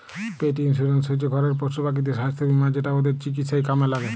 পেট insurance হচ্যে ঘরের পশুপাখিদের সাস্থ বীমা যেটা ওদের চিকিৎসায় কামে ল্যাগে